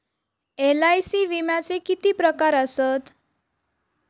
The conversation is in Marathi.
एल.आय.सी विम्याचे किती प्रकार आसत?